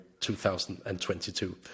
2022